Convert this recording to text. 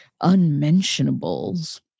unmentionables